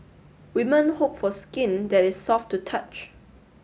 women hope for skin that is soft to touch